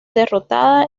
derrotada